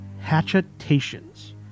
Hatchetations